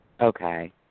Okay